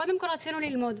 קודם כל רצינו ללמוד,